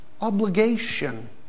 obligation